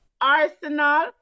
arsenal